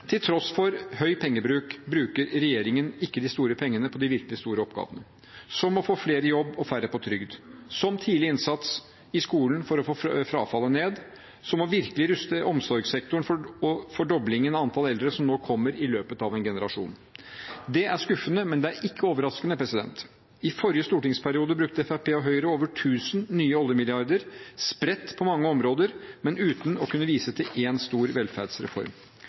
Til tross for høy pengebruk bruker regjeringen ikke de store pengene på de virkelig store oppgavene, som å få flere i jobb og færre på trygd, som tidlig innsats i skolen for å få frafallet ned, som virkelig å ruste omsorgssektoren for doblingen i antall eldre som nå kommer i løpet av en generasjon. Det er skuffende, men det er ikke overraskende. I forrige stortingsperiode brukte Høyre og Fremskrittspartiet over tusen nye oljemilliarder spredt på mange områder, men uten å kunne vise til én stor velferdsreform.